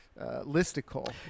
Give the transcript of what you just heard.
listicle